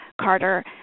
Carter